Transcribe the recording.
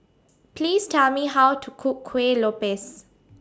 Please Tell Me How to Cook Kuih Lopes